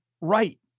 right